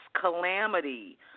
calamity